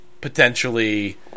potentially